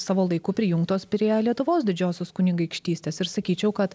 savo laiku prijungtos prie lietuvos didžiosios kunigaikštystės ir sakyčiau kad